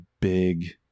big